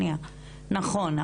נכון.